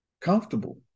comfortable